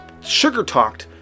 sugar-talked